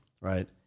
Right